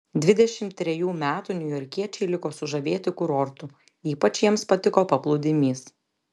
dvidešimt trejų metų niujorkiečiai liko sužavėti kurortu ypač jiems patiko paplūdimys